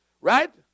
Right